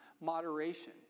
moderation